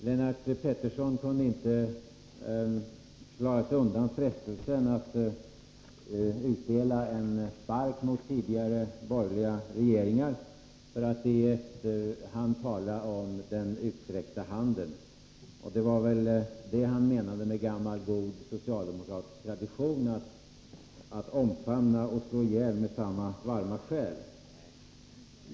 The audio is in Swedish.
Lennart Pettersson kunde inte klara sig undan frestelsen att utdela en spark mot tidigare borgerliga regeringar, för att efteråt tala om den utsträckta handen. Det var väl det han menade med gammal god socialdemokratisk tradition — att omfamna och slå ihjäl med samma varma själ.